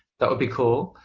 that would be cool.